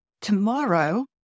Tomorrow